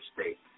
state